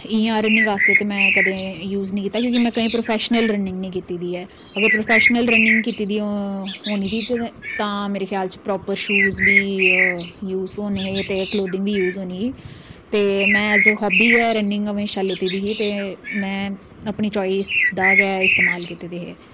इ'यां रनिंग आस्तै ते में कदें यूज नेईं कीता कि'यां कि में प्रोफैशनल रनिंग नेईं कीती दी ऐ अगर प्रोफैशनल रनिंग कीती दी होंदी तां मेरे ख्याल च प्रापर शूज बी यूज होने ऐ ते क्लोथिंग बी यूज होनी ही ते में ऐज ऐ हाब्बी गै रनिंग हमेशा लैती दी ही ते में अपनी चाइस दा गै हमेशा इस्तेमाल कीताा ते